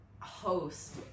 host